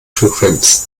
frequenz